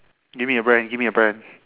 give me a brand give me a brand